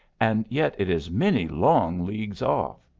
and yet it is many long leagues off.